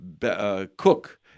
cook